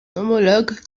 homologue